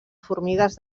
formigues